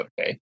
okay